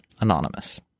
Anonymous